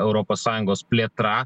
europos sąjungos plėtra